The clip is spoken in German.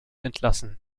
entlassen